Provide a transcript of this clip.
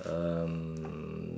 um